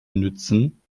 nützen